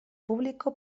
público